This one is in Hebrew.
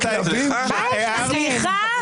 סליחה?